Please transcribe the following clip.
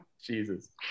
Jesus